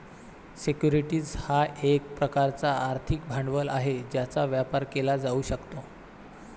securities हा एक प्रकारचा आर्थिक भांडवल आहे ज्याचा व्यापार केला जाऊ शकतो